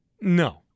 No